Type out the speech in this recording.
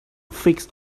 fixed